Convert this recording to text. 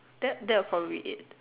that that will probably it